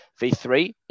v3